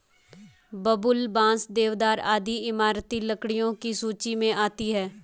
बबूल, बांस, देवदार आदि इमारती लकड़ियों की सूची मे आती है